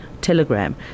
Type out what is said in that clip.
Telegram